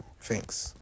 Thanks